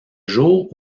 jour